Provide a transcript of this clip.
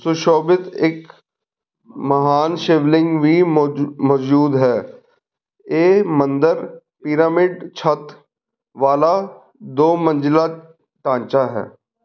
ਸੁਸ਼ੋਭਿਤ ਇੱਕ ਮਹਾਨ ਸ਼ਿਵਲਿੰਗ ਵੀ ਮੌਜੂ ਮੌਜੂਦ ਹੈ ਇਹ ਮੰਦਰ ਪਿਰਾਮਿਡ ਛੱਤ ਵਾਲਾ ਦੋ ਮੰਜ਼ਿਲਾਂ ਢਾਂਚਾ ਹੈ